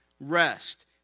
rest